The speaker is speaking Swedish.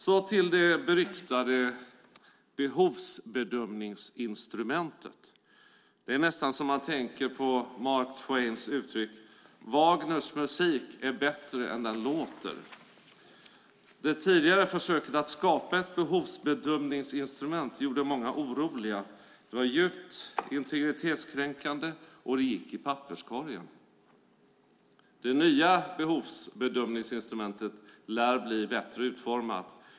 Så till det beryktade behovsbedömningsinstrumentet - det är nästan så man tänker på Mark Twains uttryck "Wagners musik är bättre än den låter". Det tidigare försöket att skapa ett behovsbedömningsinstrument gjorde många oroliga. Det var djupt integritetskränkande, och det gick i papperskorgen. Det nya behovsbedömningsinstrumentet lär bli bättre utformat.